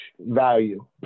value